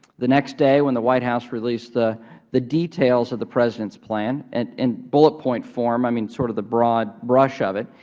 the next day when the white house released the the details of the president's plan and in bullet point form, i mean sort of the broad brush of it,